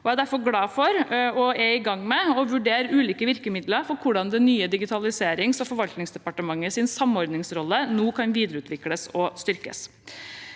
Jeg er derfor glad for å være i gang med å vurdere virkemidler for hvordan det nye Digitaliseringsog forvaltningsdepartementets samordningsrolle nå kan videreutvikles og styrkes.